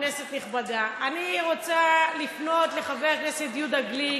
כנסת נכבדה, אני רוצה לפנות לחבר הכנסת יהודה גליק